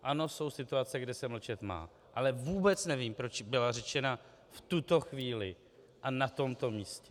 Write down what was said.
Ano, jsou situace, kde se mlčet má, ale vůbec nevím, proč byla řečena v tuto chvíli a na tomto místě.